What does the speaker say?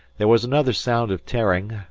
there was another sound of tearing,